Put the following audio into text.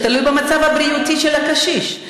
זה תלוי במצב הבריאותי של הקשיש.